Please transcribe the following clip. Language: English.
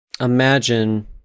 Imagine